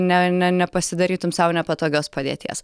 ne ne nepasidarytum sau nepatogios padėties